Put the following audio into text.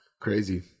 Crazy